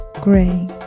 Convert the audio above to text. Gray